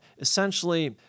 essentially